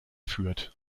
führt